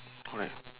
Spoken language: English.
correct